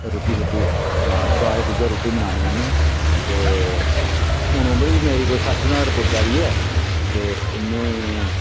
रुट्टी शुट्टी बनार शुभाश तुयै रुट्टी बनानी आह्नियै ते हून उमर बी मेरी कोई सट्ठ तगर पुज्जा दा ऐ ते इन्नी